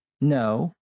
No